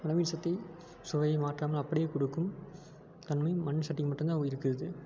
அளவில் சக்தி சுவையை மாற்றாம அப்படியே கொடுக்கும் தன்மை மண் சட்டிக்கு மட்டும் தான் இருக்குது